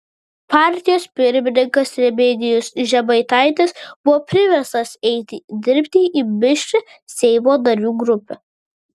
partijos pirmininkas remigijus žemaitaitis buvo priverstas eiti dirbti į mišrią seimo narių grupę